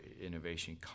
innovation